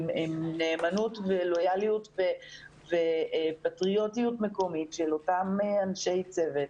עם נאמנות ולויאליות ופטריוטיות מקומית של אותם אנשי צוות.